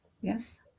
Yes